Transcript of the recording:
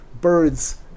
birds